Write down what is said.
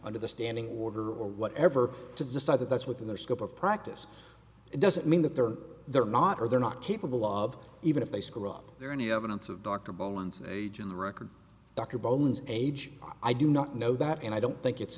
under the standing order or whatever to decide that that's within their scope of practice it doesn't mean that they're they're not or they're not capable of even if they screw up there any evidence of dr bones age in the record doctor bones age i do not know that and i don't think it's